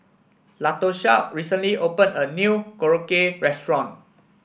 Latosha recently opened a new Korokke Restaurant